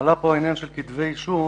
עלה פה העניין של כתבי אישום.